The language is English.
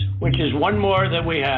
which is one more than we